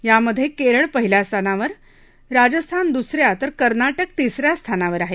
यामधे केरळ पहिल्या स्थानावर राजस्थान दुस या तर कर्नाटक तिस या स्थानावर आहे